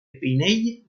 pinell